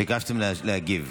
וביקשתם להגיב.